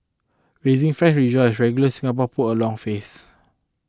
racing fans rejoice regular Singapore pull a long face